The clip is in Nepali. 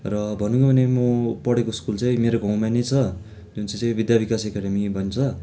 र भनौँ नै भने म पढेको स्कुल चाहिँ मेरो गाउँमा नै छ जुन चाहिँ चाहिँ विद्या विकास एकाडेमी भन्छ